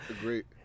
Great